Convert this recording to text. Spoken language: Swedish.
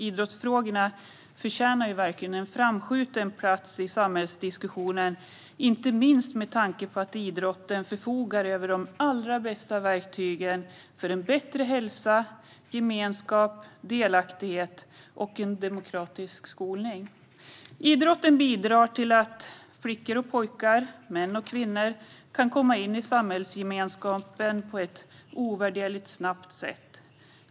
Idrottsfrågorna förtjänar verkligen en framskjuten plats i samhällsdiskussionen, inte minst med tanke på att idrotten förfogar över de allra bästa verktygen för bättre hälsa, gemenskap, delaktighet och demokratisk skolning. Idrotten bidrar till att flickor, pojkar, män och kvinnor kan komma in i samhällsgemenskapen på ett ovärderligt snabbt sätt.